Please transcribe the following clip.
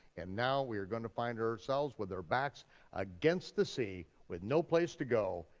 and now we are gonna find ourselves with our backs against the sea with no place to go,